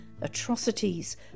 atrocities